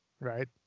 right